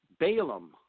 Balaam